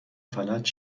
فلج